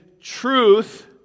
truth